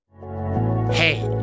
Hey